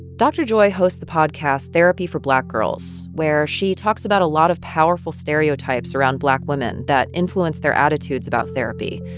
dr. joy hosts the podcast therapy for black girls, where she talks about a lot of powerful stereotypes around black women that influence their attitudes about therapy.